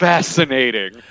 Fascinating